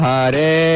Hare